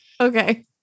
Okay